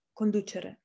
conducere